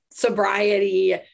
sobriety